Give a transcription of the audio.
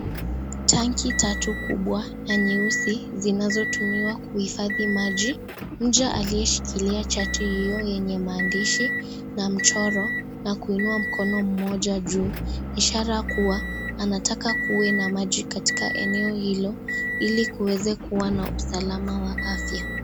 Tanki tatu kubwa na nyeusi, zinazotumiwa kuhifadhi maji. Mcha aliyeshikilia chati hiyo yenye mandishi na mchoro na kuinua mkono mmoja juu, ishara kuwa anataka kuwe na maji katika eneo hilo, ili kuweze kuwa na usalama wa afya.